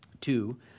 two